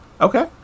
Okay